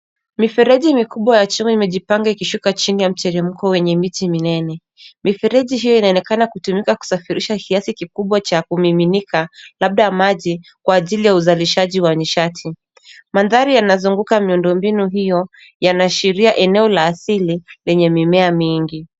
Mifereji mikubwa ya chuma, imejipanga ikishuka chini ya mteremko wenye miti minene. Mifereji hiyo inaonekana kutumika kusafirisha kiasi kikubwa cha kumiminika, labda maji kwa ajili ya uzalishaji wa nishati. Mandhari yanazunguka miundombinu hiyo yanaashiria eneo la asili lenye mimea mingi.